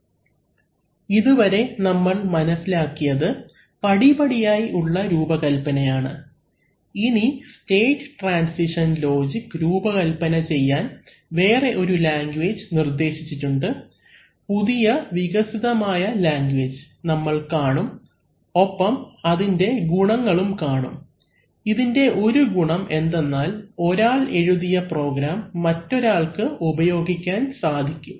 അവലംബിക്കുന്ന സ്ലൈഡ് സമയം 0133 ഇതുവരെ നമ്മൾ മനസ്സിലാക്കിയത് പടിപടിയായി ഉള്ള രൂപകൽപനയാണ് ഇനി സ്റ്റേറ്റ് ട്രാൻസിഷൻ ലോജിക് രൂപകൽപ്പന ചെയ്യാൻ വേറെ ഒരു ലാംഗ്വേജ് നിർദ്ദേശിച്ചിട്ടുണ്ട് പുതിയ വികസിതമായ ലാംഗ്വേജ് നമ്മൾ കാണും ഒപ്പം അതിൻറെ ഗുണങ്ങളും കാണും ഇതിൻറെ ഒരു ഗുണം എന്തെന്നാൽ ഒരാൾ എഴുതിയ പ്രോഗ്രാം മറ്റൊരാൾക്ക് ഉപയോഗിക്കാൻ സാധിക്കും